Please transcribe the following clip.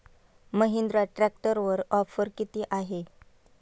महिंद्रा ट्रॅक्टरवर ऑफर किती आहे?